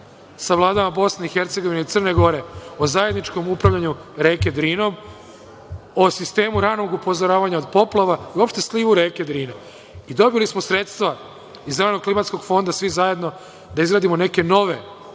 sa vladama Bosne i Hercegovine i Crne Gore o zajedničkom upravljanju rekom Drinom, o sistemu ranog upozoravanja od poplava, i uopšte slivu reke Drine. I dobili smo sredstva iz Zelenog klimatskog fonda svi zajedno da izgradimo neke nove